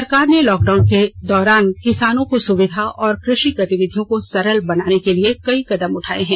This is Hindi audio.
सरकार ने लॉकडाउन के दौरान किसानों को सुविधा और कृषि गतिविधियों को सरल बनाने के लिए कई कदम उठाये हैं